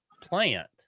plant